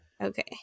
Okay